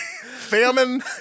famine